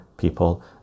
People